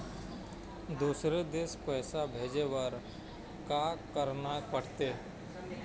दुसर देश पैसा भेजे बार का करना पड़ते?